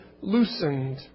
loosened